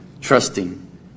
trusting